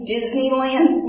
Disneyland